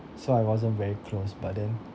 so I wasn't very close but then